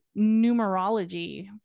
numerology